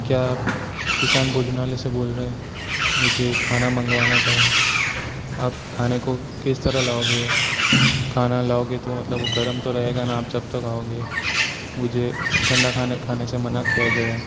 क्या किसान भोजनालय से बोल रहें मुझे खाना मंगवाना था आप खाने को किस तरह लाओगे खाना लाओगे तो मतलब वो गरम तो रहेगा ना आप जब तक आओगे मुझे ठंडा खाने खाने से मना किया गया है